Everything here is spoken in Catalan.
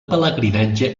pelegrinatge